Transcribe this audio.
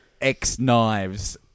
X-knives